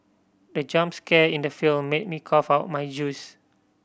the jump scare in the film made me cough out my juice